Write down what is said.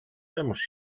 czemuż